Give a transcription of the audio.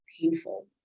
painful